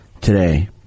today